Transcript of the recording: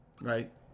Right